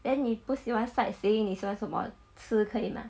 then 你不喜欢 sightseeing 你喜欢什么吃可以吗